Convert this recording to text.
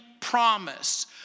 promise